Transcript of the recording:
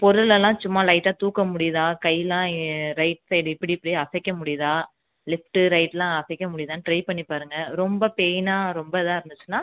பொருளெல்லாம் சும்மா லைட்டாக தூக்க முடியுதா கையெலாம் ரைட் சைடு இப்படி இப்படி அசைக்க முடியுதா லெஃப்ட்டு ரைட்லாம் அசைக்க முடியுதானு ட்ரை பண்ணி பாருங்கள் ரொம்ப பெய்ன்னாக ரொம்ப இதாக இருந்துச்சுனால்